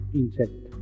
insect